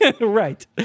Right